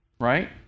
Right